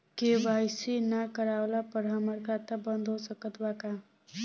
KYC ना करवाइला पर हमार खाता बंद हो सकत बा का?